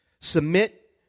submit